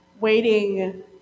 waiting